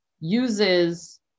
uses